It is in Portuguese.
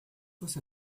você